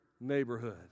neighborhood